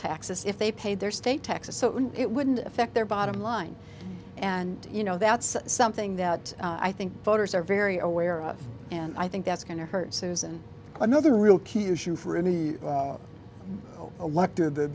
taxes if they paid their state taxes so it wouldn't affect their bottom line and you know that's something that i think voters are very aware of and i think that's going to hurt susan another real key issue for any elected that